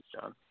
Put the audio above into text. john